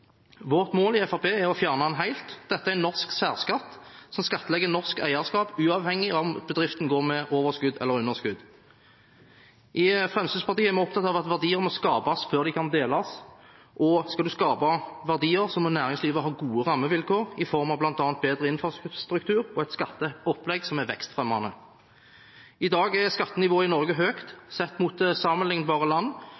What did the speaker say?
Vårt mål i Fremskrittspartiet er å fjerne den helt. Dette er en norsk særskatt som skattlegger norsk eierskap uavhengig av om bedriften går med overskudd eller underskudd. I Fremskrittspartiet er vi opptatt av at verdier må skapes før de kan deles. Skal en skape verdier, må næringslivet ha gode rammevilkår i form av bl.a. bedre infrastruktur og et skatteopplegg som er vekstfremmende. I dag er skattenivået i Norge høyt sett mot sammenliknbare land.